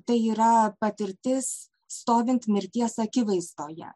tai yra patirtis stovint mirties akivaizdoje